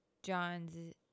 John's